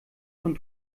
von